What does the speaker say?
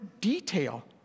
detail